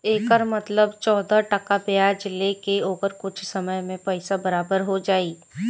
एकर मतलब चौदह टका ब्याज ले के ओकर कुछ समय मे पइसा बराबर हो जाई